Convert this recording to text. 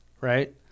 right